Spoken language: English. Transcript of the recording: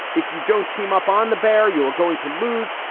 if you don't team up on the bear, you are going to lose.